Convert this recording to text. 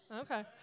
Okay